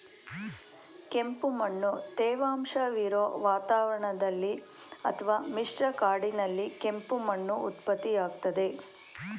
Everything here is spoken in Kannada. ಕೆಂಪುಮಣ್ಣು ತೇವಾಂಶವಿರೊ ವಾತಾವರಣದಲ್ಲಿ ಅತ್ವ ಮಿಶ್ರ ಕಾಡಿನಲ್ಲಿ ಕೆಂಪು ಮಣ್ಣು ಉತ್ಪತ್ತಿಯಾಗ್ತದೆ